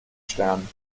sternen